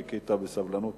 חיכית בסבלנות